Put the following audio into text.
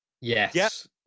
yes